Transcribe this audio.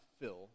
fill